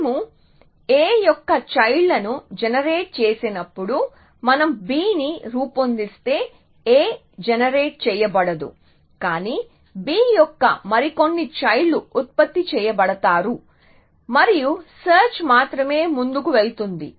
మేము a యొక్క child లను జనరేట్ చేసినప్పుడు మనం b ని రూపొందిస్తే a జనరేట్ చేయబడదు కానీ b యొక్క మరికొన్ని చైల్డ్ లు ఉత్పత్తి చేయబడతారు మరియు సెర్చ్ మాత్రమే ముందుకు వెళ్తుంది